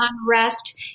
unrest